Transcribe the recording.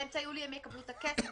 באמצע יולי הם יקבלו את הכסף?